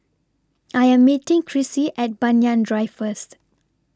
I Am meeting Krissy At Banyan Drive First